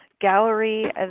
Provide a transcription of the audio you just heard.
gallery